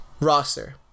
roster